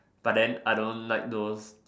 but then I don't like those